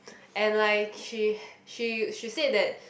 and like she she she say that